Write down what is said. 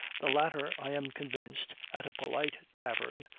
the latter, i am convinced, at a polite tavern,